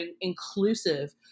inclusive